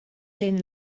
lejn